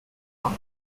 out